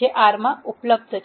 જે R માં ઉપલબ્ધ છે